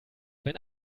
wenn